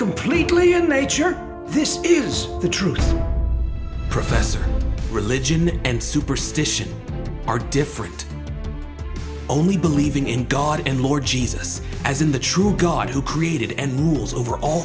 completely in nature this is the truth professor religion and superstition are different only believing in god and more jesus as in the true god who created and rules over all